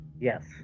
yes